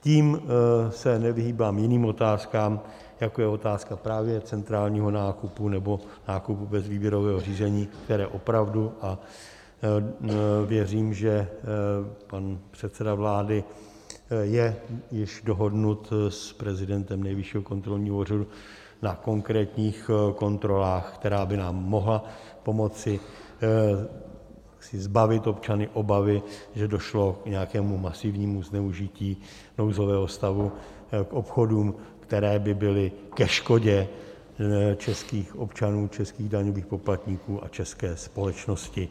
Tím se nevyhýbám jiným otázkám, jako je otázka právě centrálního nákupu nebo nákupu bez výběrového řízení, které opravdu a věřím, že pan předseda vlády je již dohodnut s prezidentem Nejvyššího kontrolního úřadu na konkrétních kontrolách by nám mohly pomoci zbavit občany obavy, že došlo k nějakému zneužití nouzového stavu k obchodům, které by byly ke škodě českých občanů, českých daňových poplatníků a české společnosti.